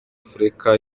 afurika